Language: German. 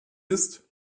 ist